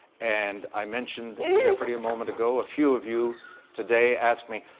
and i mentioned jeopardy a moment ago, a few of you today asked me,